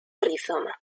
rizoma